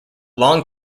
long